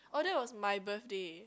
oh that was my birthday